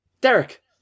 Derek